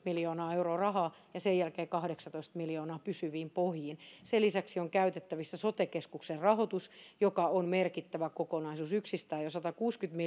miljoonaa euroa rahaa ja sen jälkeen kahdeksantoista miljoonaa pysyviin pohjiin sen lisäksi on käytettävissä sote keskuksien rahoitus joka on merkittävä kokonaisuus yksistään jo satakuusikymmentä